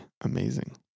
amazing